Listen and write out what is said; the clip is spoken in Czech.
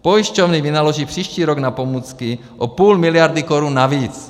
Pojišťovny vynaloží příští rok na pomůcky o půl miliardy korun navíc.